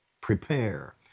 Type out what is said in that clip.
prepare